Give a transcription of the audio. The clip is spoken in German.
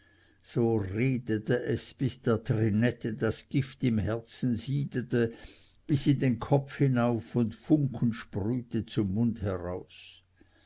so redete es bis der trinette das gift im herzen siedete bis in den kopf hinauf und funken sprühte zum mund heraus